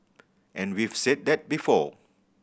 and we've said that before